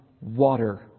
water